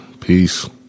Peace